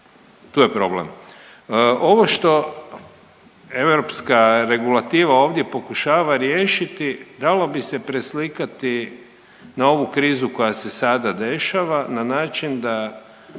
Tu je problem. Ovo što europska regulativa ovdje pokušava riješiti dalo bi se preslikati na ovu krizu koja se sada dešava na način da